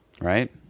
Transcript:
Right